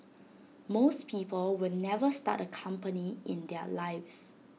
most people will never start A company in their lives